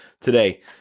today